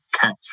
catch